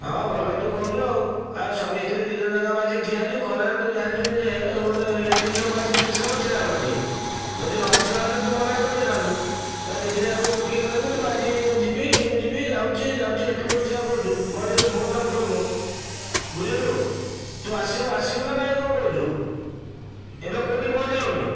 ହଁ ଭଲ ତୁ କହୁଛୁ ଆଉ ସ୍ୱାମୀ ସ୍ତ୍ରୀ ଦୁଇ ଜଣ ଯାକ ଆମେ ଆସିକି ଠିଆ ହୋଇଛୁ ଖରାରେ ତୁ ଜାଣିଛୁ ନିଜେ ଗୋଟିଏ ଲେଡ଼ିଜ୍ ଲୋକ ଆସିକି କେତେ ସମୟ ଛିଡ଼ା ହେବ ଏଠି ଯଦି ନଆସିବା କଥା ତୁ ମନା କରିଦେଇଥାନ୍ତୁ ତୋତେ ଦୁଇ ଦିନ ଆଗରୁ ବୁକିଂ କରିକି ତୁ ଆଜି ଯିବି ଏଇନୁ ଯିବି ଯାଉଛି ଯାଉଛି ସେତେବେଳୁ ସେଇଆ କହୁଛୁ ମଝିରେ ଫୋନଟା ଉଠଉନୁ ବୁଝିଲୁ ତୁ ଆସିବୁ ଆସିବୁ ନା ନାହିଁ କଣ କହୁଛୁ ଏବେ କେଉଁଠି ପହଞ୍ଚିଲୁଣି